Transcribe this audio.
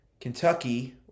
Kentucky